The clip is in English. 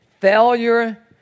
Failure